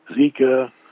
Zika